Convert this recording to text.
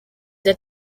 that